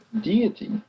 deity